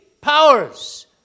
powers